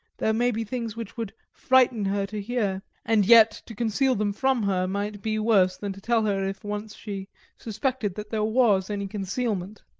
there may be things which would frighten her to hear and yet to conceal them from her might be worse than to tell her if once she suspected that there was any concealment.